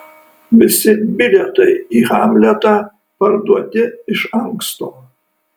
visi bilietai į hamletą parduoti iš anksto